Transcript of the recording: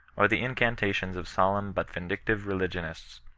or the incantations of solemn but vindictive religionists,